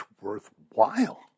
worthwhile